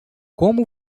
como